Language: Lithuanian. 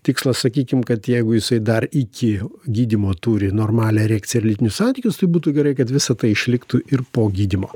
tikslas sakykim kad jeigu jisai dar iki gydymo turi normalią erekciją ir lytinius santykius tai būtų gerai kad visa tai išliktų ir po gydymo